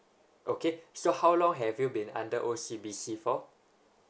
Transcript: okay so how long have you been under O C B C for